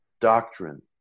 doctrine